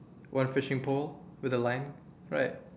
one fishing pole with the line right